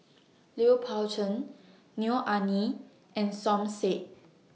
Lui Pao Chuen Neo Anngee and Som Said